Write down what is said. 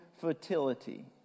fertility